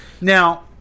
Now